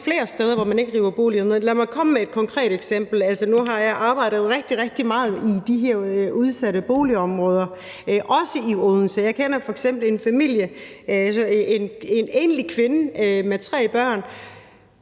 flere steder, hvor man ikke river boliger ned, og lad mig komme med et konkret eksempel. Nu har jeg arbejdet rigtig, rigtig meget i de her udsatte boligområder, også i Odense, og jeg kender f.eks. en enlig kvinde med tre børn.